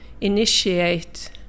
initiate